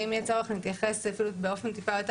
ואם יהיה צורך אני אתייחס אפילו באופן טיפה יותר